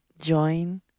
join